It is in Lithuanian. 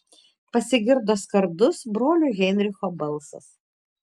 pasigirdo skardus brolio heinricho balsas